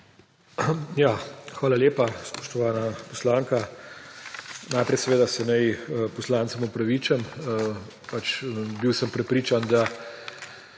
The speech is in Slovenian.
Hvala lepa, spoštovana poslanka. Najprej seveda se naj poslancem opravičim, pač bil sem prepričan, da